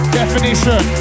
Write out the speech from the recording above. definition